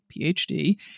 PhD